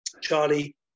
Charlie